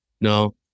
no